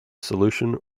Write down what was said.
solution